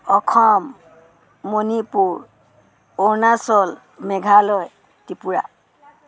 Assam Manipur Arunachal Meghalaya Tripura